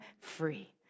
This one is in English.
free